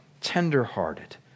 tender-hearted